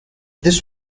this